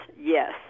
yes